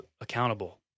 accountable